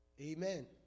amen